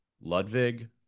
Ludwig